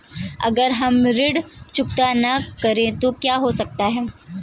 अगर हम ऋण चुकता न करें तो क्या हो सकता है?